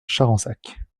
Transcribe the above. charensac